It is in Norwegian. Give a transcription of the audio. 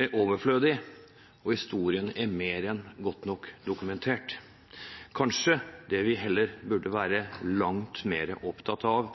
er overflødig, og at historien er mer enn godt nok dokumentert. Det vi kanskje heller burde være langt mer opptatt av,